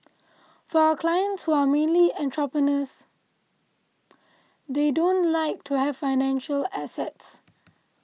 for our clients who are mainly entrepreneurs they don't just like to have financial assets